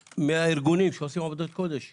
מהארגונים שעושים עבודת קודש יום-יום,